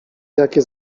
jakie